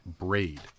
braid